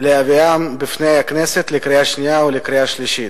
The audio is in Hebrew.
להביאם בפני הכנסת לקריאה שנייה ולקריאה שלישית.